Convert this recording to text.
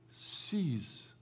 Sees